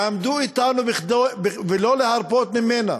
יעמדו אתנו כדי שלא להרפות ממנה.